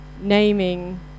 naming